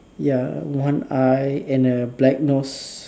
ya one eye and a black nose